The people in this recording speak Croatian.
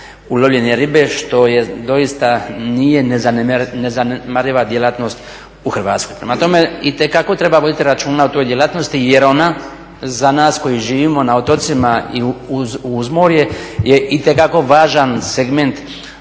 ulovljene ribe što doista nije zanemariva djelatnost u Hrvatskoj. Prema tome, itekako treba voditi računa o toj djelatnosti jer ona za nas koji živimo na otocima i uz more je itekako važan segment